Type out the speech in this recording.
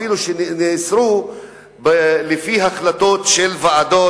אפילו שנאסרו לפי החלטות של ועדות,